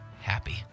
happy